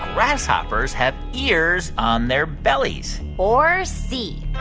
grasshoppers have ears on their bellies or c,